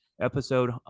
episode